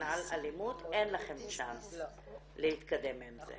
על אלימות אין לכן צ'אנס להתקדם עם זה.